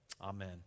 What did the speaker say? Amen